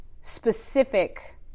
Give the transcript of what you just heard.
specific